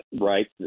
right